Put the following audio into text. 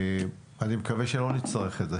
אני מקווה שלא נצטרך את זה